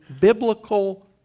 biblical